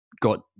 got